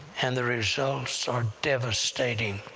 and the results are devastating.